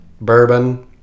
Bourbon